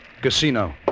Casino